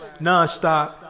nonstop